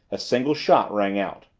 a single shot rang out.